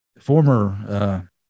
former